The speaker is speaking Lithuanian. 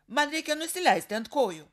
man reikia nusileisti ant kojų